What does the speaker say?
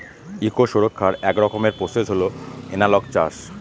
eco সুরক্ষার এক রকমের প্রসেস হল এনালগ চাষ